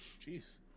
Jeez